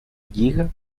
lliga